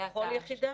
בכל יחידה?